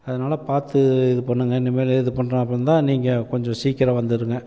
அதனால் பார்த்து இது பண்ணுங்க இனிமேல் இது பண்ணுறாப்ல இருந்தால் நீங்கள் கொஞ்சம் சீக்கிரம் வந்துடுங்க